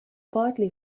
partly